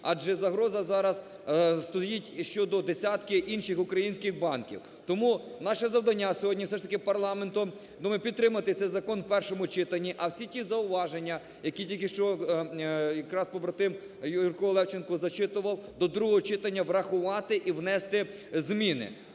адже загроза зараз стоїть щодо десятків інших українських банків. Тому наше завдання сьогодні все ж таки парламентом підтримати цей закон в першому читанні, а всі ті зауваження, які тільки що якраз побратим Юрко Левченко зачитував, до другого читання врахувати і внести зміни.